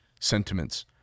sentiments